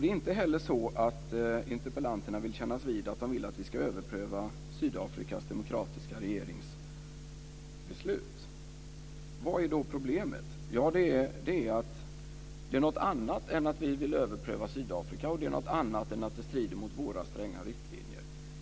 Det är inte heller så att interpellanterna vill kännas vid att de vill att vi ska överpröva Sydafrikas demokratiska regeringsbeslut. Vad är då problemet? Det är något annat än att vi vill överpröva Sydafrika och det är något annat än att det strider mot våra stränga riktlinjer.